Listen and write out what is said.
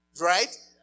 Right